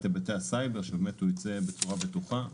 היבטי הסייבר כדי שהוא ייצא בצורה בטוחה.